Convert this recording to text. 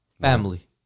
Family